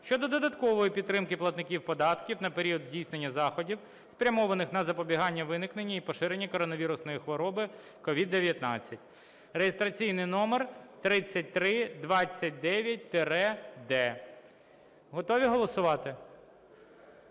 щодо додаткової підтримки платників податків на період здійснення заходів, спрямованих на запобігання виникнення і поширення коронавірусної хвороби (COVID-19) (реєстраційний номер 3329-д). Готові голосувати?